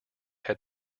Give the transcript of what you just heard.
had